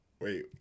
Wait